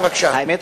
האמת,